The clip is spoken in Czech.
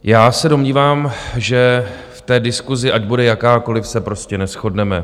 Já se domnívám, že v té diskusi, ať bude jakákoliv, se prostě neshodneme.